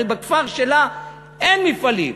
הרי בכפר שלה אין מפעלים,